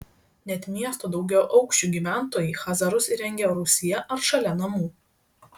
net miesto daugiaaukščių gyventojai chazarus įrengia rūsyje ar šalia namų